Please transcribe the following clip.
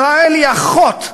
ישראל היא אחות,